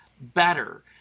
better